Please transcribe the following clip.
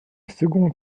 second